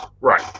Right